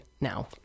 now